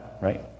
right